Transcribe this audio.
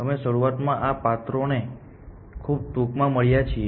અમે શરૂઆતમાં આ પાત્રોને ખૂબ ટૂંકમાં મળ્યા છીએ